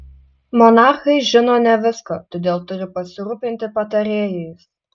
monarchai žino ne viską todėl turi pasirūpinti patarėjais